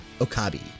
Okabe